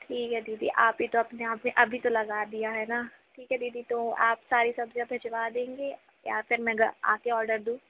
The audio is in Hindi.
ठीक है दीदी आप ही तो अपने आप में अभी लगा दिया है ना ठीक है दीदी तो आप सारी सब्ज़ियां भिजवा देंगे या फिर मैं आकर आर्डर दूँ